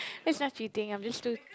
that's not cheating I'm just too